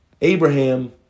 Abraham